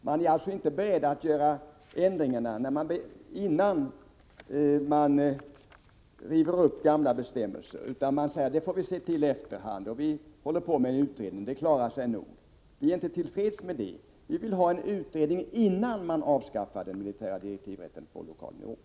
Man är inte beredd att göra ändringar, innan man river upp de gamla bestämmelserna, utan man säger: Det får vi se till i efterhand — vi håller på med en utredning, och det klarar sig nog. Vi är inte till freds med det. Vi vill ha en utredning, innan den militära direktivrätten på lokal nivå avskaffas.